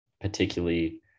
particularly